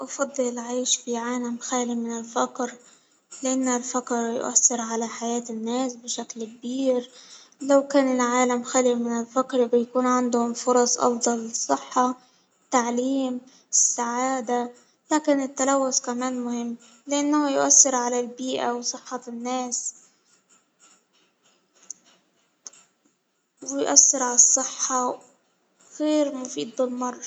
أفضل العيش في عالم خالي من الفقر لأن الفقر يؤثر على حياة الناس بشكل كبير، لو كان العالم خد من الفقر بيكون عندهم فرص أفضل للصحة، التعليم ،السعادة لكن التلوث كمان مهم هيؤثر على البيئة وصحة الناس، ويأثر على الصحة غير مفيد بالمرة.